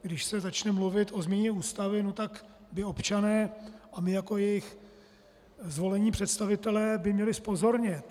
Když se začne mluvit o změně Ústavy, tak by občané a my jako jejich zvolení představitelé měli zpozornět.